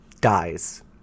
dies